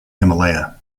himalaya